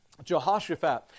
Jehoshaphat